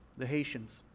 the haitians.